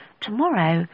tomorrow